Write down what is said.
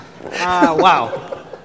Wow